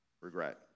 regret